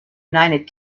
united